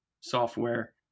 software